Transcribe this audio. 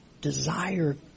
desire